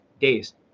days